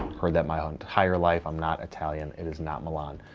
heard that my ah entire life, i'm not italian, it is not milan.